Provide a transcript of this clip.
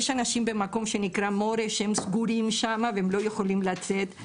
יש אנשים במקום שנקרא מורה שהם סגורים שמה והם לא יכולים לצאת.